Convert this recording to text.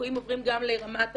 הליקויים עוברים גם לרמת המחוז,